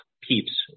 PEEPs